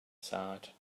side